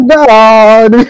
God